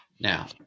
Now